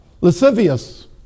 lascivious